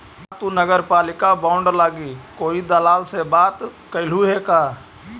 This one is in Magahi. का तु नगरपालिका बॉन्ड लागी कोई दलाल से बात कयलहुं हे का?